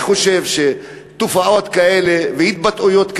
אני חושב שתופעות כאלה והתבטאויות כאלה,